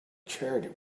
charity